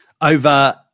over